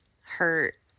hurt